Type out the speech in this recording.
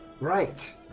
right